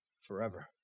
forever